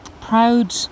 proud